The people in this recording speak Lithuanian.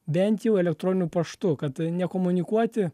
bent jau elektroniniu paštu kad nekomunikuoti